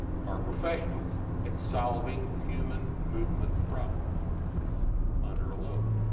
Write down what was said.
are professionals at solving human movement problems under a load.